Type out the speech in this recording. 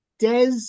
Des